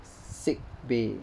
sick bay